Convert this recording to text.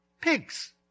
pigs